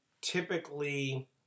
typically